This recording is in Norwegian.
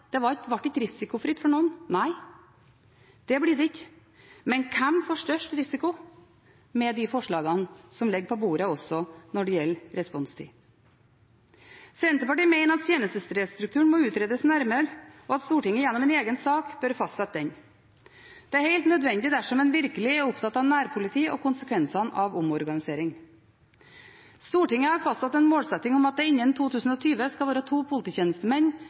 det var ikke risikofritt for noen. Nei, det blir det ikke, men hvem får størst risiko med de forslagene som ligger på bordet også når det gjelder responstid? Senterpartiet mener at tjenestestedstrukturen må utredes nærmere, og at Stortinget gjennom en egen sak bør fastsette den. Det er helt nødvendig dersom en virkelig er opptatt av nærpoliti og konsekvensene av omorganisering. Stortinget har fastsatt en målsetting om at det innen 2020 skal være to polititjenestemenn